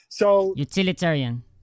Utilitarian